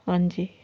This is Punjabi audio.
ਹਾਂਜੀ